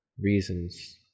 Reasons